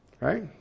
Right